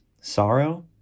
Sorrow